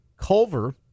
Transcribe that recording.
Culver